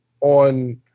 on